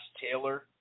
taylor